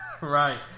Right